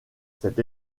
cette